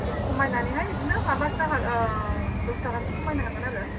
खमायनानैहाय बिदिनो माबासो हा दस थाखासो खमायनो हागोन आरो